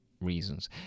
reasons